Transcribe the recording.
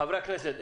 חברי הכנסת.